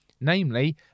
namely